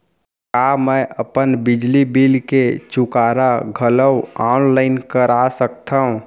का मैं अपन बिजली बिल के चुकारा घलो ऑनलाइन करा सकथव?